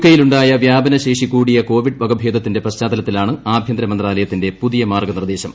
K യിലുണ്ടായ വ്യാപനശേഷി കൂടിയ കോവിഡ് വകഭേദത്തിന്റെ പശ്ചാത്തലത്തിലാണ് ആഭ്യന്തര മന്ത്രാലയത്തിന്റെ പുതിയ മാർഗ്ഗനിർദ്ദേശം